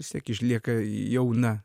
vis tiek išlieka jauna